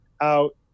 out